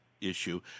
Issue